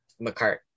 McCart